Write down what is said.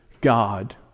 God